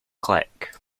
click